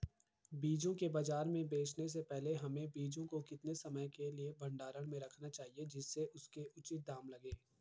बीजों को बाज़ार में बेचने से पहले हमें बीजों को कितने समय के लिए भंडारण में रखना चाहिए जिससे उसके उचित दाम लगें?